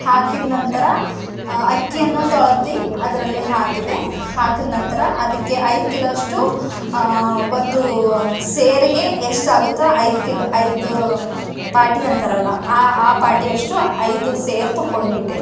ಹಾಕಿದ ನಂತರ ಅಕ್ಕಿಯನ್ನು ತೊಳೆದು ಅದರಲ್ಲಿ ಹಾಕಿದೆ ಹಾಕಿದ ನಂತರ ಅದಕ್ಕೆ ಐದು ಕಿಲೋವಷ್ಟು ಒಂದು ಸೇರಿಗೆ ಎಷ್ಟಾಗುತ್ತೋ ಐದು ಕಿಲೋ ಐದು ಪಾಟಿ ಅಂತಾರಲ್ಲ ಆ ಆ ಪಾಟಿಯಷ್ಟು ಐದು ಸೇರು ತೊಗೊಂಡ್ಬಿಟ್ಟೆ